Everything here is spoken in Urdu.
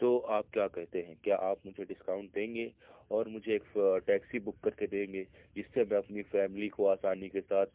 تو آپ کیا کہتے ہیں کیا آپ مجھے ڈسکاؤنٹ دیں گے اور مجھے ایک ٹیکسی بک کر کے دیں گے اِس سے میں اپنی فیملی کو آسانی کے ساتھ